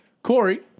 Corey